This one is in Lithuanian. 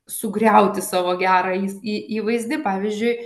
sugriauti savo gerą įs į įvaizdį pavyzdžiui